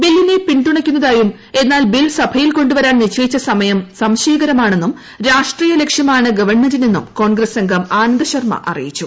ബില്ലിക്ക് പിന്തുണക്കുന്നതായും എന്നാൽ ബിൽ സഭയിൽ കൊണ്ടുവരാൻ നിശ്ചയിച്ച സമയം സംശയകരമാണെന്നും ലക്ഷ്യമാണ് ഗവൺമെന്റിനെന്നും കോൺഗ്രസ് അംഗം ആനന്ദ് ശർമ അറിയിച്ചു